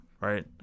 Right